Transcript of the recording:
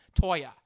Toya